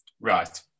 Right